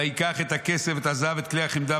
וייקח את הכסף ואת הזהב ואת כלי החמדה